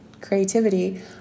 creativity